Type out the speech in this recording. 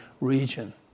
region